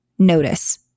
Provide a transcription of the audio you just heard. Notice